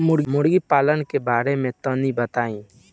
मुर्गी पालन के बारे में तनी बताई?